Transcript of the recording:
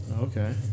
okay